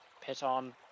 piton